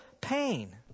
pain